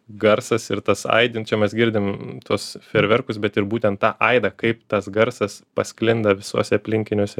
garsas ir tas aidint čia mes girdim tuos fejerverkus bet ir būtent tą aidą kaip tas garsas pasklinda visuose aplinkiniuose